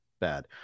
bad